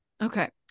okay